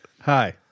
Hi